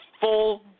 full